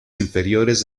inferiores